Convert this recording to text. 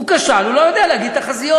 הוא כשל, הוא לא יודע להגיד תחזיות.